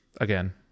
again